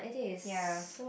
ya